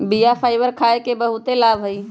बीया फाइबर खाय के बहुते लाभ हइ